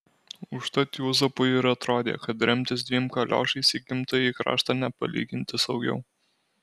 užtat juozapui ir atrodė kad remtis dviem kaliošais į gimtąjį kraštą nepalyginti saugiau